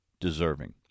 deserving